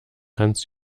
hans